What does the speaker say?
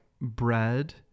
bread